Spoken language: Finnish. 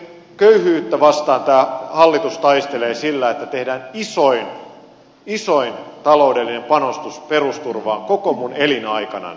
köyhyyttä vastaan tämä hallitus taistelee sillä että tehdään isoin taloudellinen panostus perusturvaan koko minun elinaikanani